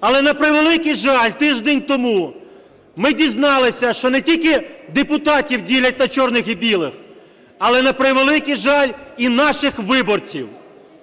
Але, на превеликий жаль, тиждень тому ми дізналися, що не тільки депутатів ділять на чорних і білих, але, на превеликий жаль, і наших виборців.